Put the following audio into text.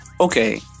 Okay